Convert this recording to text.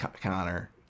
Connor